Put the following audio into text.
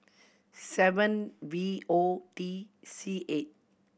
seven V O T C eight